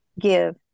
give